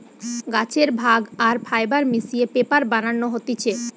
গাছের ভাগ আর ফাইবার মিশিয়ে পেপার বানানো হতিছে